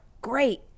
great